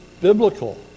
biblical